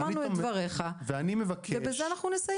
שמענו את דבריך ובזה אנחנו נסיים.